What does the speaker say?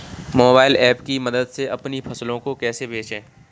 Mobile app की मदद से अपनी फसलों को कैसे बेचें?